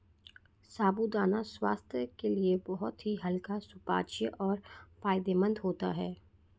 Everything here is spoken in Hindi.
साबूदाना स्वास्थ्य के लिए बहुत ही हल्का सुपाच्य और फायदेमंद होता है